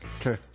Okay